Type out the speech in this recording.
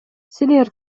силер